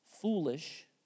foolish